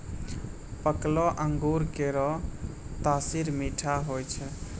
पकलो अंगूर केरो तासीर मीठा होय छै